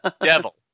Devil